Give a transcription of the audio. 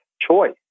choice